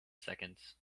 seconds